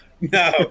No